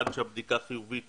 עד שהבדיקה חיובית,